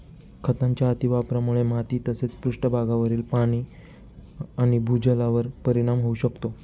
खतांच्या अतिवापरामुळे माती तसेच पृष्ठभागावरील पाणी आणि भूजलावर परिणाम होऊ शकतो